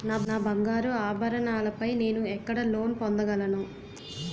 నా బంగారు ఆభరణాలపై నేను ఎక్కడ లోన్ పొందగలను?